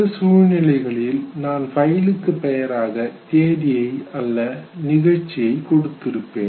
சில சூழ்நிலைகளில் நான் பைலுக்கு பெயராக தேதியை அல்ல நிகழ்ச்சியை கொடுப்பேன்